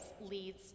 leads